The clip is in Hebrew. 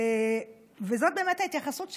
וזאת באמת ההתייחסות שלך,